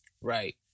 Right